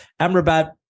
Amrabat